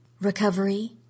Recovery